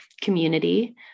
community